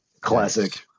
Classic